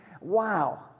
wow